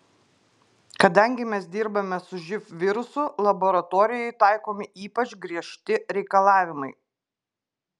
kadangi mes dirbame su živ virusu laboratorijai taikomi ypač griežti reikalavimai